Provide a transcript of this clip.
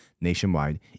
nationwide